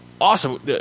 awesome